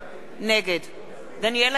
נגד דניאל אילון,